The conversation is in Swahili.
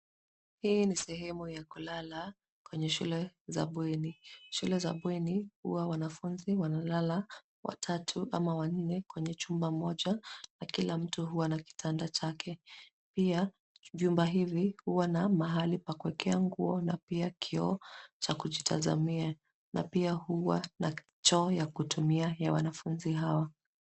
Hii ni sehemu ya kulala kwenye shule za bweni, shule za bweni huwa wanafunzi wanalala watatu ama wanne kwenye chumba moja, na kila mtu huwa na kitanda chake. Pia vyumba hivi huwa na mahali pa kuwekea nguo na pia kioo cha kujitazamia na pia huwa na choo ya kutumia ya wanafunzi hawa.